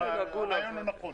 הרעיון הוא נכון.